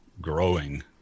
growing